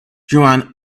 joanne